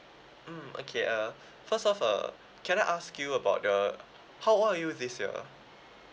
mm okay uh first of err can I ask you about the how old are you this year